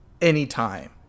anytime